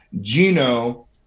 gino